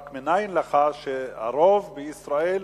רק מנין לך שהרוב בישראל,